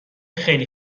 خیلی